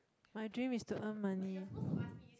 my dream is to earn money